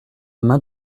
main